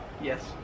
yes